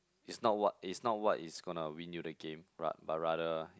it's not what it's not what is gonna win you the game ra~ but rather